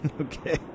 Okay